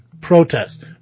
protest